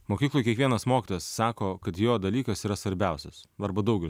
mokykloj kiekvienas mokytojas sako kad jo dalykas yra svarbiausias arba daugelis